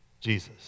Jesus